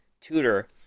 tutor